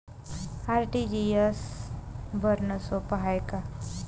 RTGS भरनं सोप हाय का?